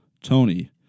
Tony